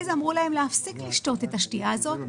זה אמרו להם להפסיק לשתות את השתייה הזאת,